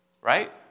right